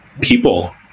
people